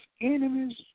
enemies